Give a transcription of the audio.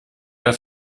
der